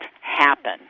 happen